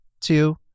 two